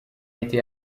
été